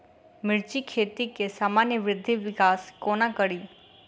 मिर्चा खेती केँ सामान्य वृद्धि विकास कोना करि?